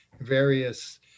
various